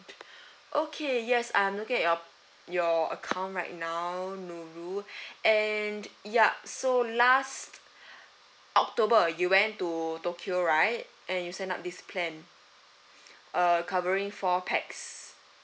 okay yes I'm looking at your your account right now nurul and yup so last october you went to tokyo right and you sign up this plan uh covering four pax